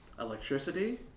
electricity